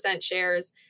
shares